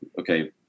okay